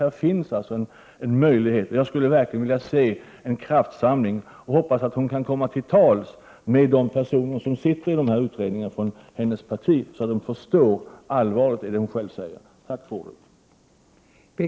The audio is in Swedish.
Det finns alltså en möjlighet, och jag skulle verkligen vilja se en kraftsamling. Jag hoppas att hon kan komma till tals med de personer från hennes parti som sitter i de olika utredningarna, så att de förstår allvaret i det hon själv säger.